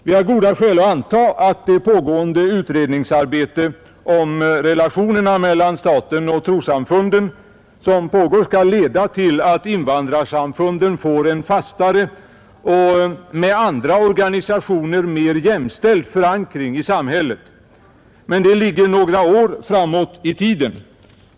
Vi har goda skäl att anta att pågående utredningsarbete om relationerna mellan staten och trossamfunden skall leda till att invandrarsamfunden får en fastare och med andra organisationer mera jämställd förankring i samhället. Men det ligger några år framåt i tiden.